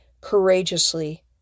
courageously